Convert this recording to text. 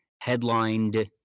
headlined